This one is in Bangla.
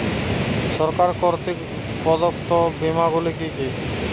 সরকার কর্তৃক প্রদত্ত বিমা গুলি কি কি?